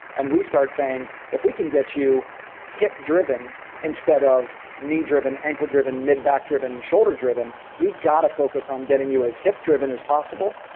and we start saying, if we can get you hip-driven instead of knee-driven, ankle-driven, mid-back driven, shoulderdriven, we've got to focus on getting you as hip-driven as possible.